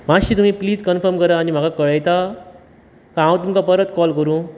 मात्शी तुमी please confirm करा आनी म्हाका कळयता का हांव तुमकां परत कॉल करूं